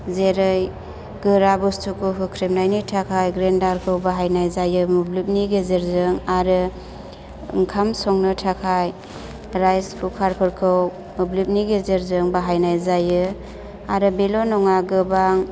जेरै गोरा बुस्थुखौ होख्रेमनायनि थाखाय ग्रेनदार खौ बाहायनाय जायो मोब्लिबनि गेजेरजों आरो ओंखाम संनो थाखाय राईस कुकार खौ मोब्लिबनि गेजेरजों बाहायनाय जायो आरो बेल' नङा गोबां